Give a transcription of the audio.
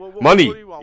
Money